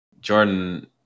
Jordan